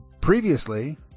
previously